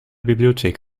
bibliothek